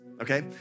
okay